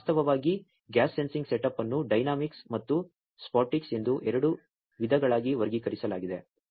ಹೌದು ವಾಸ್ತವವಾಗಿ gas sensing setup ಅನ್ನು ಡೈನಾಮಿಕ್ಸ್ ಮತ್ತು ಸ್ಟ್ಯಾಟಿಕ್ಸ್ ಎಂದು ಎರಡು ವಿಧಗಳಾಗಿ ವರ್ಗೀಕರಿಸಲಾಗಿದೆ